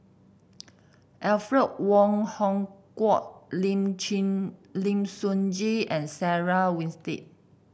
Alfred Wong Hong Kwok Lim Lim Sun Gee and Sarah Winstedt